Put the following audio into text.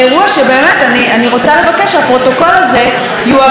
אני רוצה לבקש שהפרוטוקול הזה יועבר כחומר ראיות.